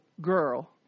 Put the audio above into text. girl